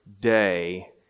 day